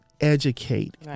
educate